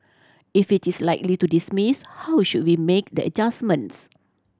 if it is likely to dismiss how should we make the adjustments